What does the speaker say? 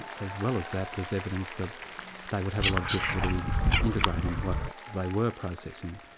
as well as that, there's evidence that they would have a lot of difficulty integrating what they were processing,